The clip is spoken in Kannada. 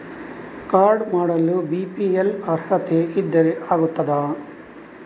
ಕಾರ್ಡು ಮಾಡಲು ಬಿ.ಪಿ.ಎಲ್ ಅರ್ಹತೆ ಇದ್ದರೆ ಆಗುತ್ತದ?